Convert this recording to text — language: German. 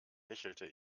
hechelte